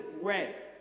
red